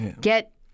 get